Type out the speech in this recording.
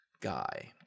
guy